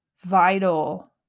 vital